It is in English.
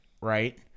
right